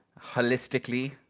holistically